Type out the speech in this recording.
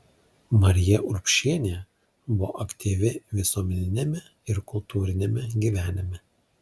marija urbšienė buvo aktyvi visuomeniniame ir kultūriniame gyvenime